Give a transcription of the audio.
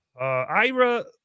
Ira